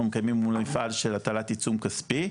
מקדמים מול המפעל של הטלת עיצום כספית,